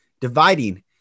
Dividing